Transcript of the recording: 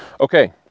Okay